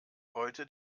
heute